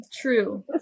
true